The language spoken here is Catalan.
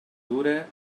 dure